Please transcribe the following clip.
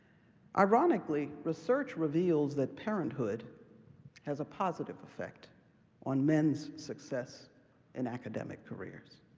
ironically, research reveals that parenthood has a positive effect on men's success in academic careers,